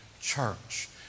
church